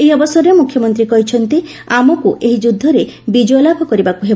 ଏହି ଅବସରରେ ମୁଖ୍ୟମନ୍ତୀ କହିଛନ୍ତି ଆମକୁ ଏହି ଯୁଦ୍ଧରେ ବିକୟ ଲାଭ କରିବାକୁ ହେବ